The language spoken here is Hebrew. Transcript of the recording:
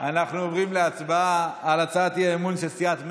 אנחנו עוברים להצבעה על הצעת האי-אמון של סיעת מרצ: